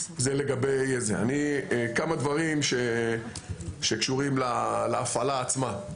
כמה דברים שקשורים להפעלה עצמה.